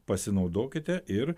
pasinaudokite ir